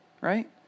right